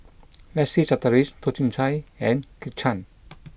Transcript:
Leslie Charteris Toh Chin Chye and Kit Chan